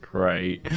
Great